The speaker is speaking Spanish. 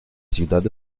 ciudad